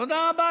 תודה רבה.